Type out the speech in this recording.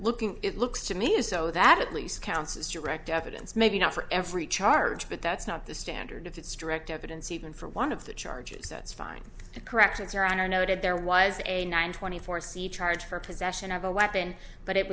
looking it looks to me is so that at least counts as direct evidence maybe not for every charge but that's not the standard it's direct evidence even for one of the charges that's fine correct it's your honor noted there was a nine twenty four c charge for possession of a weapon but it